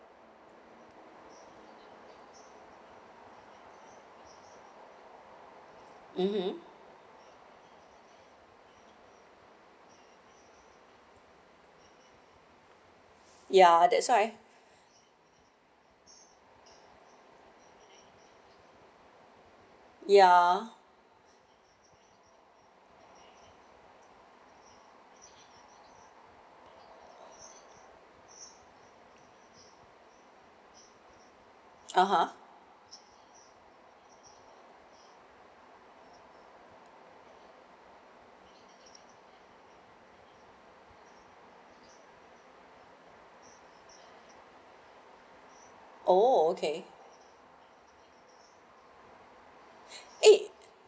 mmhmm ya that's why ya (uh huh) oh okay eh